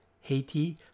Haiti